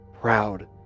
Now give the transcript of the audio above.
proud